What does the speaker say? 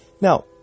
Now